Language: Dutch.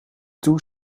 toe